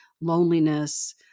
loneliness